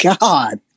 God